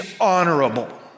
honorable